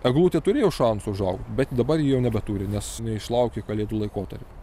eglutė turėjo šansų užaugt bet dabar ji jau nebeturi nes neišlaukė kalėdų laikotarpio